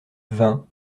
vin